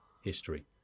history